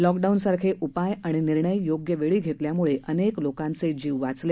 लॉकडाऊनसारखे उपाय आणि निर्णय योग्यवेळी घेतल्याम्ळे अनेक लोकांचे जीव वाचले